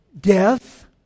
death